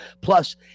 Plus